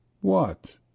What